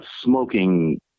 smoking